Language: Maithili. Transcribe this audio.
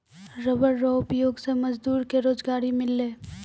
रबर रो उपयोग से मजदूर के रोजगारी मिललै